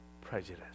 prejudice